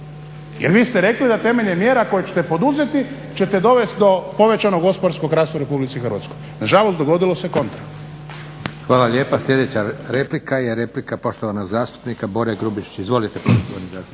Jer vi ste rekli da temeljem mjera koje ćete poduzeti ćete dovesti do povećanog gospodarskog rasta u Republici Hrvatskoj. Na žalost dogodilo se kontra. **Leko, Josip (SDP)** Hvala lijepa. Sljedeća replika je replika poštovanog zastupnika Bore Grubišića. Izvolite